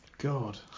god